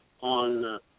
on